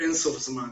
אין סוף זמן.